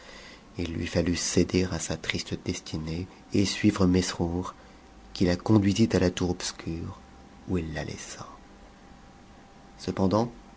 ii lui fallut céder à sa triste destinée et suivre mesrour qui la conduisit à la tour obscure où it la laissa cependant